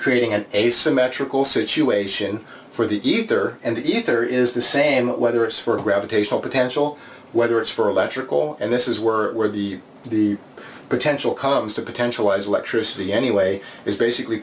creating an asymmetrical situation for the ether and the ether is the same whether it's for gravitational potential whether it's for electrical and this is were the the potential comes to potential as electricity anyway is basically